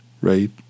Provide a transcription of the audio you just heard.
right